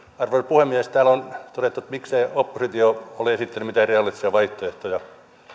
arvoisa puhemies täällä on todettu että miksei oppositio ole esittänyt mitään realistisia vaihtoehtoja